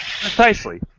Precisely